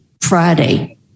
Friday